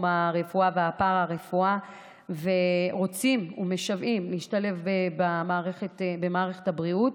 הרפואה והפארה-רפואה ורוצים ומשוועים להשתלב במערכת הבריאות.